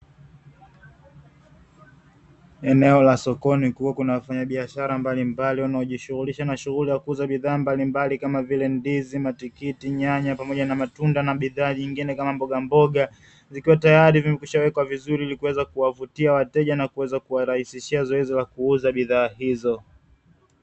Eneo la sokoni kukiwa kuna wafanyabiashara mbalimbali wanaojishughulisha na shughuli ya kuuza bidhaa mbalimbali, kama vile: ndizi, matikiti, nyanya pamoja na matunda na bidhaa nyingine kama mbogamboga. Zikiwa tayari vimekwishaweka vizuri ili kuweza kuwavutia wateja na kuweza kuwarahisishia zoezi la kuuza bidhaa hizo.